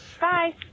Bye